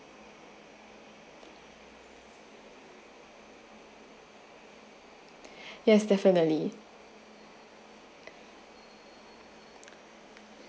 yes definitely